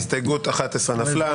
ההסתייגויות נפלו.